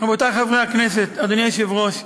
רבותיי חברי הכנסת, אדוני היושב-ראש,